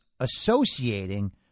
associating